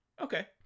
Okay